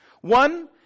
One